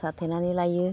साथेनानै लायो